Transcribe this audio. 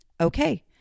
Okay